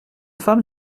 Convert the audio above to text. femme